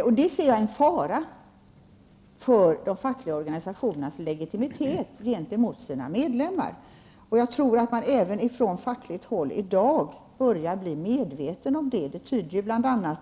Jag ser det som en fara för de fackliga organisationernas legitimitet gentemot sina medlemmar. Jag tror att man även från fackligt håll i dag börjar bli medveten om detta. Det tyder bl.a.